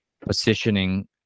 positioning